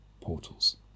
portals